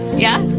yeah.